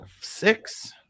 six